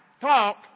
talk